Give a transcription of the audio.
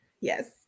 Yes